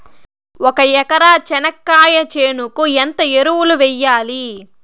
ఒక ఎకరా చెనక్కాయ చేనుకు ఎంత ఎరువులు వెయ్యాలి?